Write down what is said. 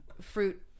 Fruit